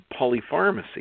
polypharmacy